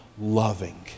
loving